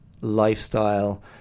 lifestyle